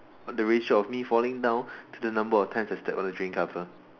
the ratio of me falling down to the number of times I stepped on the drain cover